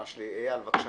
איל בן ראובן, בבקשה.